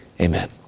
Amen